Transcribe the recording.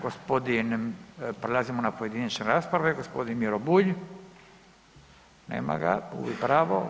Gospodin, prelazimo na pojedinačne rasprave, gospodin Miro Bulj, nema ga, gubi pravo.